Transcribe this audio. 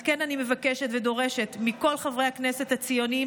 על כן אני מבקשת ודורשת מכל חברי הכנסת הציוניים